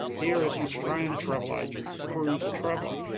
here is an australian travel-agent cruise traveler,